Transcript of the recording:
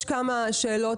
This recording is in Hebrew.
לי יש כמה שאלות